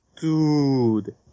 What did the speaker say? Dude